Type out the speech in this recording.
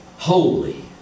Holy